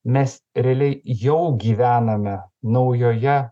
mes realiai jau gyvename naujoje